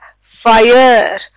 fire